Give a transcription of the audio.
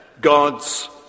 God's